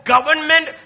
government